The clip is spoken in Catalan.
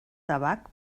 tabac